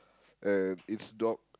and it's dog